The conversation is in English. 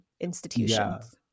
institutions